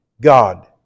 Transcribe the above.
God